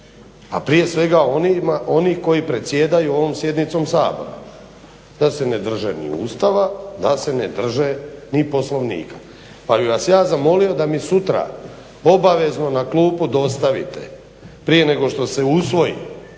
a prije svega oni koji predsjedaju ovom sjednicom Sabora. Da se ne drže ni Ustava da se ne drže ni Poslovnika. Pa bih vas ja zamolio da mi sutra obavezno na klupu dostavite prije nego što se usvoji